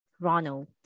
Ronald